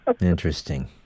Interesting